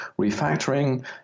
Refactoring